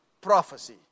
prophecy